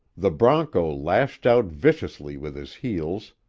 the bronco lashed out viciously with his heels,